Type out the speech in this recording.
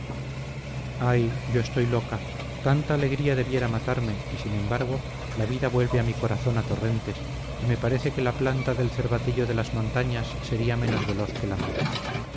ah yo estoy loca tanta alegría debiera matarme y sin embargo la vida vuelve a mi corazón a torrentes y me parece que la planta del cervatillo de las montañas sería menos veloz que la mía